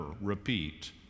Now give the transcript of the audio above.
repeat